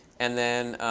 and then